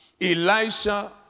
Elisha